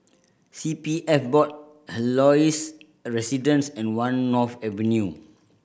C P F Board Helios Residences and One North Avenue